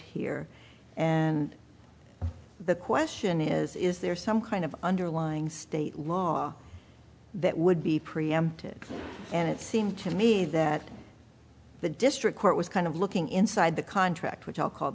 here and the question is is there some kind of underlying state law that would be preempted and it seemed to me that the district court was kind of looking inside the contract which i'll call